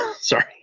sorry